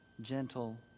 Gentle